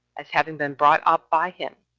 as having been brought up by him,